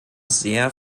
sehr